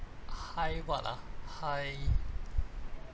high what ah high